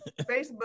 Facebook